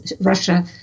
Russia